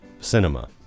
cinema